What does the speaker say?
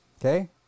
Okay